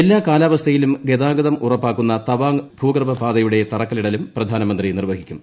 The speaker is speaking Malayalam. എല്ലാ കാലാവസ്ഥയിലും ഗതാഗതം ഉറപ്പാക്കുന്ന തവാഖ ഭൂഗർഭപാതയുടെ തറക്കല്ലിടലും പ്രധാനമന്ത്രി നിർവ്വഹിക്കും